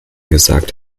gesagt